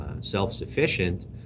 self-sufficient